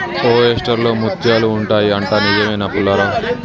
oyster లో ముత్యాలు ఉంటాయి అంట, నిజమేనా పుల్లారావ్